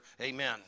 Amen